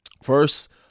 First